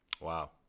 wow